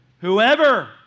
Whoever